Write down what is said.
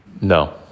No